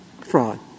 fraud